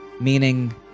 meaning